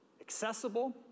accessible